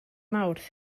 mawrth